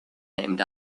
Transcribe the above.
named